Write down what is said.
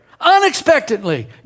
unexpectedly